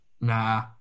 Nah